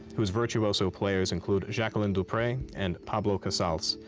whose virtuoso players include jacqueline du pre and pablo casals,